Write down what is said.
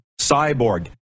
Cyborg